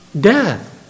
death